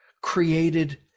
created